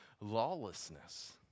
lawlessness